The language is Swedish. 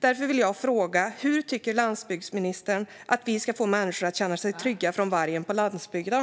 Därför vill jag fråga: Hur tycker landsbygdsministern att vi ska få människor att känna sig trygga för vargen på landsbygden?